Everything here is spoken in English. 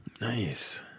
Nice